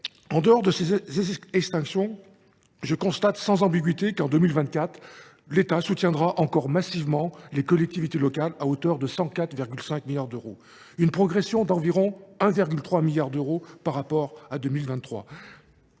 en dehors de ces extinctions, je constate sans ambiguïté qu’en 2024 l’État soutiendra encore massivement les collectivités locales, à hauteur de 104,5 milliards d’euros : une progression d’environ 1,3 milliard d’euros par rapport à 2023.